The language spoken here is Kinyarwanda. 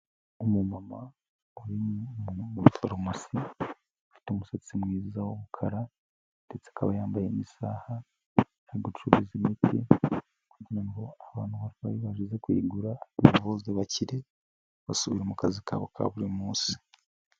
Umumama urimo muri farumasi, ufite umusatsi mwiza w'umukara, ndetse akaba yambaye n'isaha, ari gucuruza imiti kugira ngo abantu barwaye baje kuyigura noneho bose bakire basubire mu kazi kabo ka buri munsi.